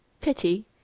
pity